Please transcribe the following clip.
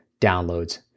downloads